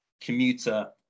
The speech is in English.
commuter